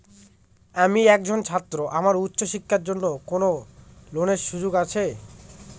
আমি একজন ছাত্র আমার উচ্চ শিক্ষার জন্য কোন ঋণের সুযোগ আছে?